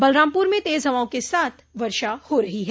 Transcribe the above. बलरामपुर में तेज हवाओं के साथ वर्षा हो रही है